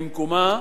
ובמקומה,